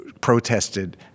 protested